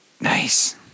Nice